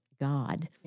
God